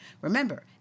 Remember